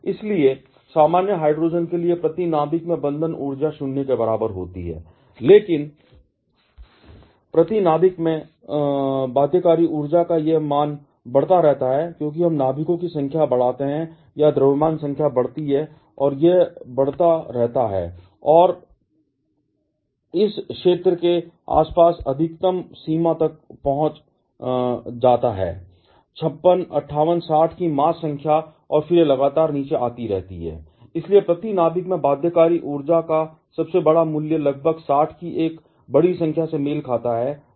इसलिए सामान्य हाइड्रोजन के लिए प्रति नाभिक में बंधन ऊर्जा 0 के बराबर होती है लेकिन प्रति नाभिक में बंधनकारी ऊर्जा का यह मान बढ़ता रहता है क्योंकि हम नाभिकों की संख्या बढ़ाते हैं या द्रव्यमान संख्या बढ़ती है और यह बढ़ता रहता है और इस क्षेत्र के आसपास अधिकतम सीमा तक पहुंच जाता है 56 58 60 की मास संख्या और फिर यह लगातार नीचे आती रहती है इसलिए प्रति नाभिक में बाध्यकारी ऊर्जा का सबसे बड़ा मूल्य लगभग 60 की एक बड़ी संख्या से मेल खाता है